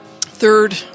Third